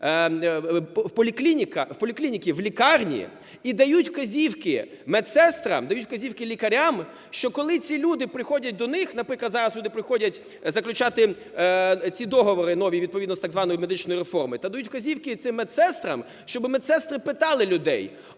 в поліклініки, в лікарні, - і дають вказівки медсестрам, дають вказівки лікарям, що коли ці люди приходять до них, наприклад, зараз люди приходять заключати ці договори, нові, відповідно з так званою медичною реформою, та дають вказівки цим медсестрам, щоби медсестри питали людей: